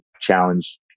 challenge